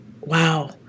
wow